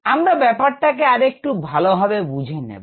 আমরা ব্যাপারটাকে আরেকটু ভালোভাবে বুঝে নেব